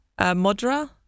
Modra